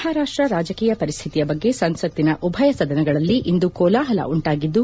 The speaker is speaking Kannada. ಮಹಾರಾಷ್ಷ ರಾಜಕೀಯ ಪರಿಸ್ಥಿತಿಯ ಬಗ್ಗೆ ಸಂಸತ್ತಿನ ಉಭಯ ಸದನಗಳಲ್ಲಿ ಇಂದು ಕೋಲಾಹಲ ಉಂಟಾಗಿದ್ದು